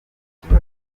kibazo